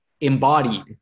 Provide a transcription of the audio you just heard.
embodied